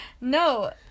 No